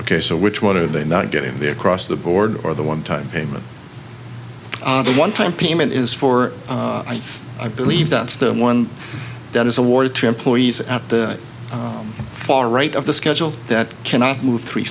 ok so which one are they not getting the across the board or the one time payment the one time payment is for i believe that's the one that is awarded to employees at the far right of the schedule that cannot move three